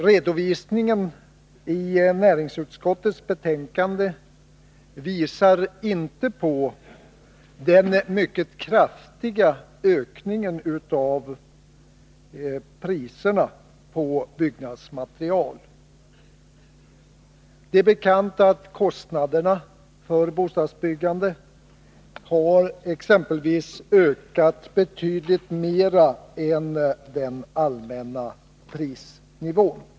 Redovisningen i näringsutskottets betänkande visar inte på den mycket kraftiga ökningen av priserna på byggnadsmaterial. Det är bekant att kostnaderna för bostadsbyggandet har ökat betydligt mer än vad som motsvaras av förändringen i den allmänna prisnivån.